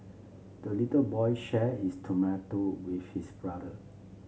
the little boy share his tomato with his brother